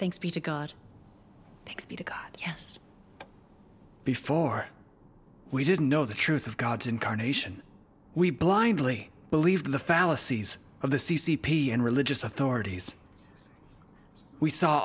thanks be to god yes before we didn't know the truth of god's incarnation we blindly believed in the fallacies of the c c p and religious authorities we saw